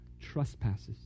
trespasses